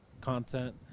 content